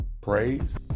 praise